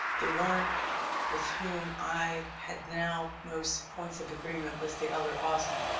the one with whom i had now most points of agreement was the elder austin.